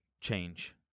change